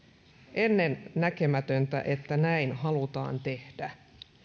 ennennäkemätöntä että näin halutaan tehdä